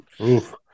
Oof